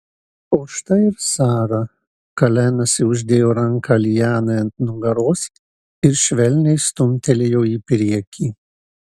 o štai ir sara kalenasi uždėjo ranką lianai ant nugaros ir švelniai stumtelėjo į priekį